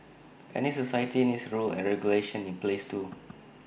any society needs rules and regulations in place too